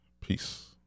Peace